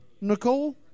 Nicole